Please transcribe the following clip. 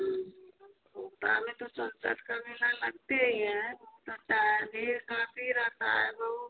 हँ में तो का मेला लगते ही है हो सकता है भीड़ काफी रहता है लोग